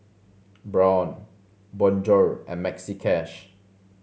Braun Bonjour and Maxi Cash